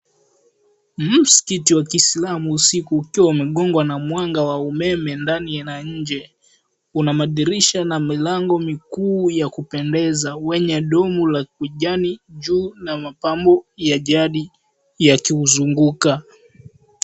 Msikiti wa kislamu usiku ukiwa umegongwa na mwanga wa umeme ndani na nje una madirisha na milango mikuu yakupendeze wenye dongo la ujani juu na mapambo ya jadi yakiuzunguka .